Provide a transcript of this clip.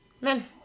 men